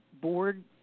board